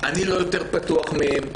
אני לא יותר פתוח מהם,